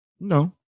No